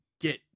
get